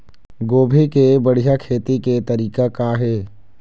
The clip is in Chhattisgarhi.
गोभी के बढ़िया खेती के तरीका का हे?